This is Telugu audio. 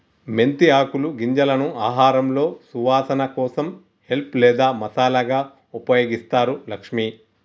మెంతి ఆకులు గింజలను ఆహారంలో సువాసన కోసం హెల్ప్ లేదా మసాలాగా ఉపయోగిస్తారు లక్ష్మి